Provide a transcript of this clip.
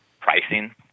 pricing